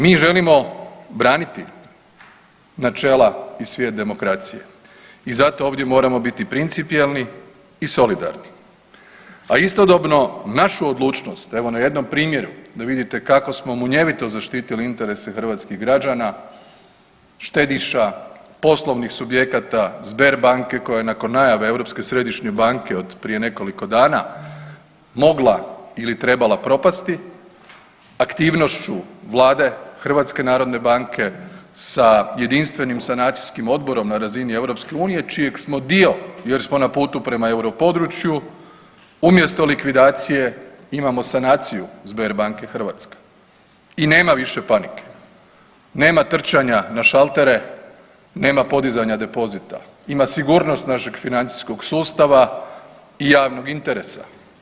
Mi želimo braniti načela i svijet demokracije i zato ovdje moramo biti principijelni i solidarni, a istodobno našu odlučnost evo na jednom primjeru da vidite kako smo munjevito zaštiti interese hrvatskih građana, štediša, poslovnih subjekata, Sberbanke koja je nakon najave Europske središnje banke od prije nekoliko dana mogla ili trebala propasti, aktivnošću vlade, HNB-a sa Jedinstvenim sanacijskim odborom na razini EU čijeg smo dio jer smo na putu prema europodručju umjesto likvidacije imamo sanaciju Sberbanke Hrvatska i nema više panike, nema trčanja na šaltere, nema podizanja depozita, ima sigurnost našeg financijskog sustava i javnog interesa.